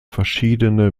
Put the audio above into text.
verschiedene